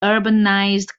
urbanized